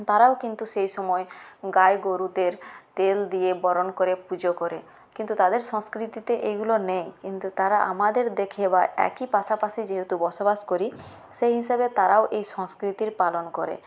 তারাও কিন্তু সেই সময়ে গায়ে গরুদের তেল দিয়ে বরণ করে পূজো করে কিন্তু তাদের সংস্কৃতিতে এগুলো নেই কিন্তু তারা আমাদের দেখে বা একই পাশাপাশি যেহেতু বসবাস করি সেই হিসেবে তারাও এই সংস্কৃতির পালন করে